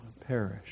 perish